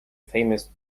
famous